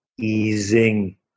easing